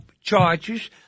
charges